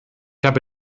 habe